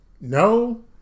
No